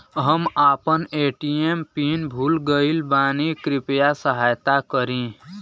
हम आपन ATM PIN भूल गईल बानी कृपया सहायता करी